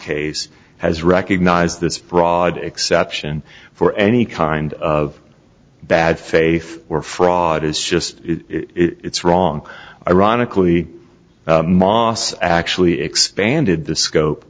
case has recognized this broad exception for any kind of bad faith or fraud is just it's wrong ironically mosse actually expanded the scope